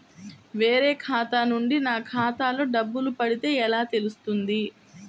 వేరే ఖాతా నుండి నా ఖాతాలో డబ్బులు పడితే ఎలా తెలుస్తుంది?